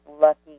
lucky